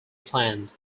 planned